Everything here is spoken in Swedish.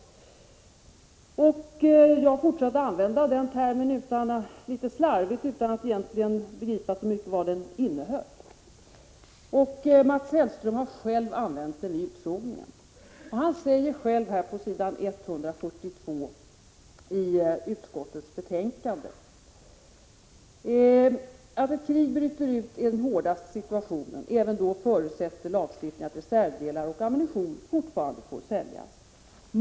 Jag fortsatte att använda den termen litet slarvigt, utan att egentligen begripa så mycket vad den innehöll, och Mats Hellström har själv använt den vid utfrågningen. Han säger på s. 142 i utskottsbetänkandet: ”Att ett krig bryter ut är den hårdaste situationen. Även då förutsätter lagstiftningen att reservdelar och ammunition fortfarande skall få säljas.